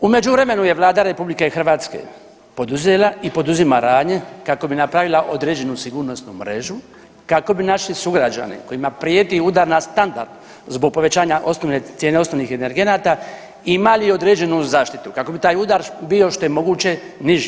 U međuvremenu je Vlada RH poduzela i poduzima radnje kako bi napravila određenu sigurnosnu mjeru, kako bi naši sugrađani kojima prijeti udar na standard zbog povećanja cijene osnovnih energenata imali određenu zaštitu, kako bi taj udar bio što je moguće niži.